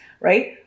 right